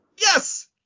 Yes